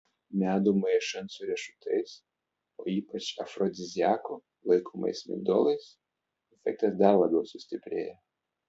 medų maišant su riešutais o ypač afrodiziaku laikomais migdolais efektas dar labiau sustiprėja